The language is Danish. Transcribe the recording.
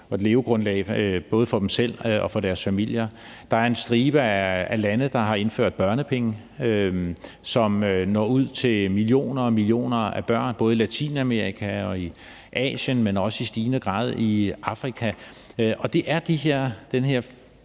og et levegrundlag, både for dem selv og for deres familier. Der er en stribe af lande, der har indført børnepenge, som når ud til millioner og millioner af børn både i Latinamerika og i Asien, men også i stigende grad i Afrika. Og det er konturerne